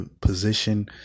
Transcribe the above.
position